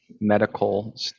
medical